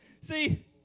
See